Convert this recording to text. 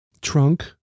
Trunk